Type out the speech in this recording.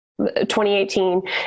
2018